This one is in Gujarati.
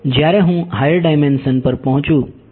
જ્યારે હું હાયર ડાયમેન્શન પર પહોંચું ત્યારે શું થાય છે